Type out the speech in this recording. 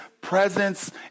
presence